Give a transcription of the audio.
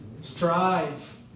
strive